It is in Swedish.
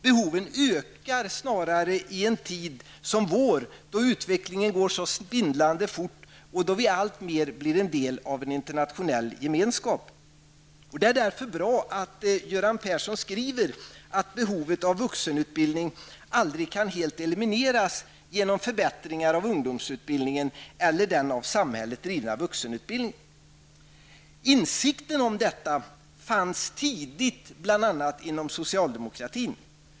Behoven ökar snarare i en tid som vår, då utvecklingen går så svindlande fort och då vi allt mer blir en del av en internationell gemenskap. Det är därför bra att Göran Persson skriver att behovet av vuxenutbildning ''aldrig kan helt elimineras genom förbättringar av ungdomsutbildningen eller den av samhället drivna vuxenutbildningen''. Insikten om detta fanns tidigt, bl.a. inom socialdemokratin.